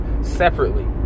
Separately